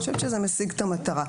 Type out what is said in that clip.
אני חושבת שזה משיג את המטרה,